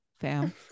fam